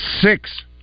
six